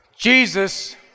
Jesus